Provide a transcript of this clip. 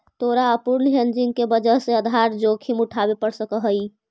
तोरा अपूर्ण हेजिंग के वजह से आधार जोखिम उठावे पड़ सकऽ हवऽ